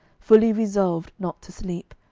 fully resolved not to sleep,